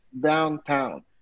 downtown